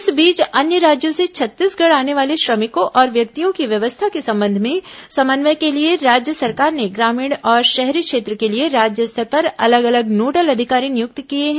इस बीच अन्य राज्यों से छत्तीसगढ़ आने वाले श्रमिकों और व्यक्तियों की व्यवस्था के संबंध में समन्वय के लिए राज्य सरकार ने ग्रामीण और शहरी क्षेत्र के लिए राज्य स्तर पर अलग अलग नोडल अधिकारी नियुक्त किए हैं